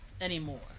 anymore